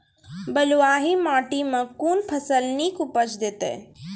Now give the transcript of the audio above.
बलूआही माटि मे कून फसल नीक उपज देतै?